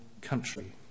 country